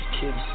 kids